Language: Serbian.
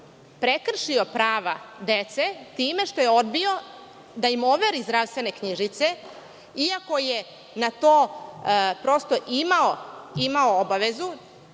prekršio prava dece time što je odbio da im overi zdravstvene knjižice, iako je na to prosto, imao obavezu,